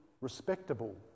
respectable